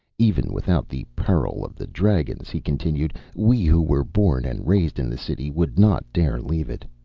even without the peril of the dragons, he continued, we who were born and raised in the city would not dare leave it.